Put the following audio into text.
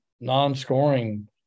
non-scoring